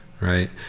Right